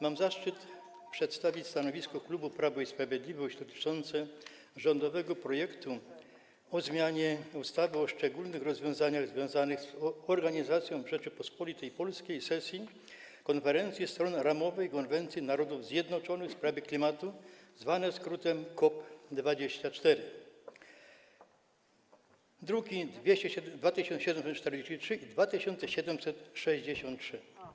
Mam zaszczyt przedstawić stanowisko klubu Prawo i Sprawiedliwość dotyczące rządowego projektu ustawy o zmianie ustawy o szczególnych rozwiązaniach związanych z organizacją w Rzeczypospolitej Polskiej sesji Konferencji Stron Ramowej konwencji Narodów Zjednoczonych w sprawie klimatu, zwanej w skrócie COP24, druki nr 2743 i 2763.